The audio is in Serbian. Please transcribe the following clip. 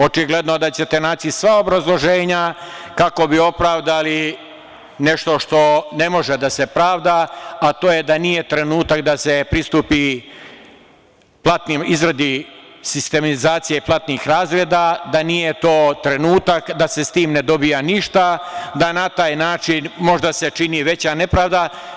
Očigledno da ćete naći sva obrazloženja kako bi opravdali nešto što ne može da se pravda, a to je da nije trenutak da se pristupi izradi sistematizacije platnih razreda, da nije to trenutak, da se s tim ne dobija ništa, da na se na taj način možda se čini veća nepravda.